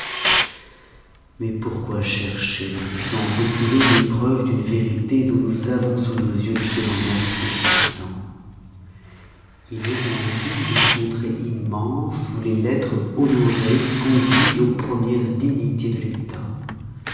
mais pourquoi chercher dans des temps reculés des preuves d'une vérité dont nous avons sous nos veux des témoignages subsistans il est en asie une contrée immense ou les lettres honorées conduisent aux premières dignités de l'etat